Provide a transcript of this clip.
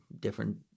different